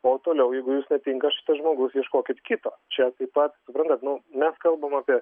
o toliau jeigu jūms netinka šitas žmogus ieškokit kito čia taip pat suprantat nu mes kalbam apie